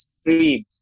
stream